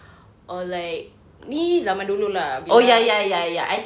or like me zaman dulu lah because